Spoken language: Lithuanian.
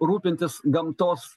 rūpintis gamtos